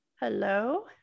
Hello